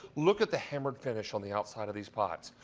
look at the hammered finish on the outside of these pots.